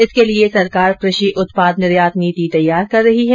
इसके लिए सरकार कृषि उत्पाद निर्यात नीति तैयार कर रही है